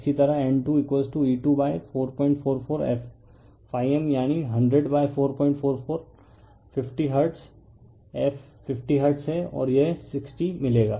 इसी तरह N2E2444 f ∅m यानी 100444 50 हर्ट्ज़ f 50 हर्ट्ज़ है और यह 60 मिलेगा